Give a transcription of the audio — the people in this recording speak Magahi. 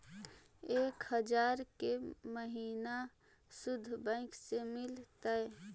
एक हजार के महिना शुद्ध बैंक से मिल तय?